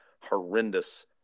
horrendous